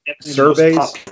surveys